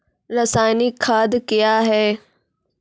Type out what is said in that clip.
रसायनिक खाद कया हैं?